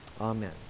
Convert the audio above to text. amen